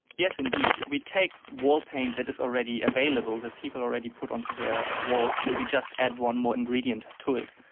yes indeed, we take wall paint that is already available, that people already put onto their walls and we just add one more ingredient to it.